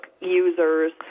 users